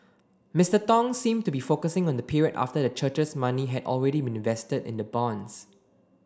Mister Tong seemed to be focusing on the period after the church's money had already been invested in the bonds